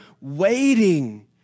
waiting